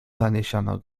zaniesiono